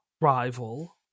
rival